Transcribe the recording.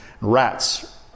Rats